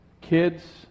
kids